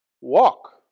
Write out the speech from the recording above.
walk